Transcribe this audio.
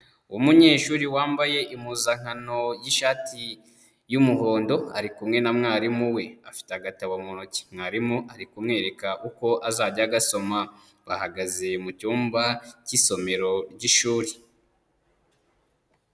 Umunyeshuri wambaye impuzankano y'ishati y'umuhondo, ari kumwe na mwarimu we, afite agatabo mu ntoki; mwarimu ari kumwereka uko azajya agasoma, bahagaze mu cyumba cy'isomero ry'ishuri.